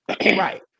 Right